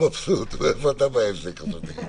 איך קראו לזה היום בעיתון הארץ?